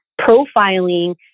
profiling